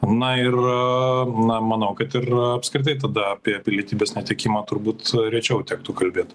na ir na manau kad ir apskritai tada apie pilietybės netekimą turbūt rečiau tektų kalbėt